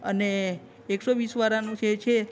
અને એકસો વીસ વાળાનું જે છે